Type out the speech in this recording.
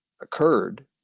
occurred